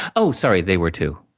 oh, sorry, they were too.